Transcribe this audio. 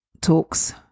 talks